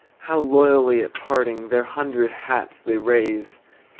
how loyally at parting their hundred hats they raise!